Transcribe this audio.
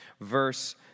verse